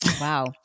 Wow